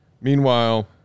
Meanwhile